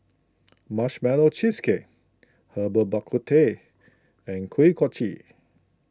Marshmallow Cheesecake Herbal Bak Ku Teh and Kuih Kochi